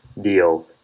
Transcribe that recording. deal